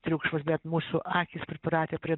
triukšmas bet mūsų akys pripratę prie